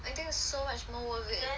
I think so much more worth it